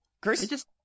Chris